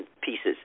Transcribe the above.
pieces